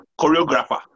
choreographer